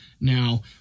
Now